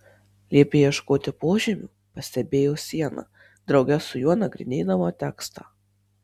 liepia ieškoti požemių pastebėjo siena drauge su juo nagrinėdama tekstą